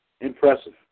Impressive